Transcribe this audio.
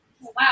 Wow